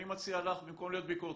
אני מציע לך במקום להיות ביקורתית,